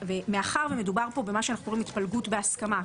מאחר ומדובר פה במה שאנחנו קוראים התפלגות בהסכמה,